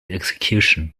execution